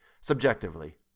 subjectively